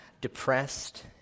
depressed